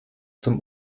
zum